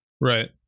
Right